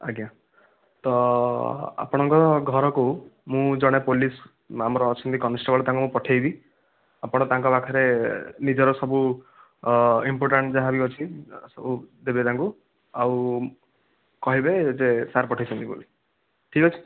ଆଜ୍ଞା ତ ଆପଣଙ୍କ ଘରକୁ ମୁଁ ଜଣେ ପୋଲିସ ଆମର ଅଛନ୍ତି କନେଷ୍ଟବଳ ତାଙ୍କୁ ମୁଁ ପଠାଇବି ଆପଣ ତାଙ୍କ ପାଖରେ ନିଜର ସବୁ ଇମ୍ପଟାଣ୍ଟ ଯାହାବି ଅଛି ସବୁ ଦେବେ ତାଙ୍କୁ ଆଉ କହିବେ ଯେ ସାର୍ ପଠାଇଛନ୍ତି ବୋଲି ଠିକ୍ ଅଛି